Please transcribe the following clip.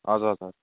हजुर हजुर